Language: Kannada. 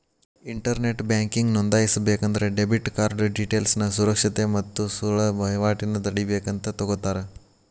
ಇಂಟರ್ನೆಟ್ ಬ್ಯಾಂಕಿಂಗ್ ನೋಂದಾಯಿಸಬೇಕಂದ್ರ ಡೆಬಿಟ್ ಕಾರ್ಡ್ ಡೇಟೇಲ್ಸ್ನ ಸುರಕ್ಷತೆ ಮತ್ತ ಸುಳ್ಳ ವಹಿವಾಟನ ತಡೇಬೇಕಂತ ತೊಗೋತರ